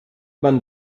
man